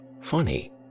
funny